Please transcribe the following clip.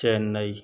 Chennai